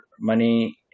money